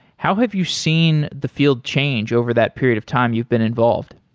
how have you seen the field change over that period of time you've been involved?